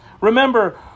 Remember